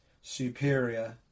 superior